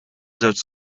żewġ